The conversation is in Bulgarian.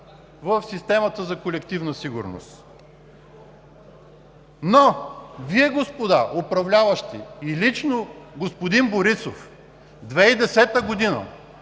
в системата за колективна сигурност. Вие, господа управляващи, и лично господин Борисов през 2010 г.,